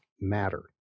matter